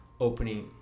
opening